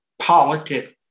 politics